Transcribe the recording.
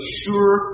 sure